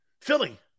Philly